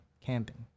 camping